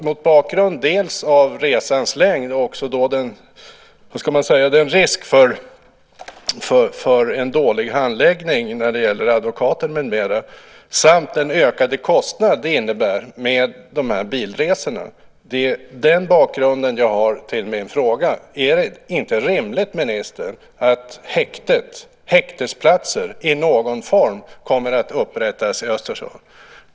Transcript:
Mot bakgrund av dels resans längd, dels risken för en dålig handläggning när det gäller advokater med mera, dels den ökade kostnad det innebär med bilresorna vill jag fråga: Är det inte rimligt, ministern, att häktesplatser i någon form kommer att upprättas i Östersund?